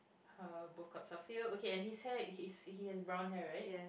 uh both cups are filled okay and his hair he has brown hair right